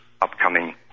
upcoming